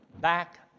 back